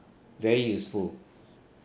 very useful